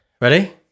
Ready